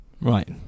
right